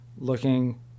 looking